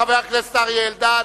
חבר הכנסת אריה אלדד.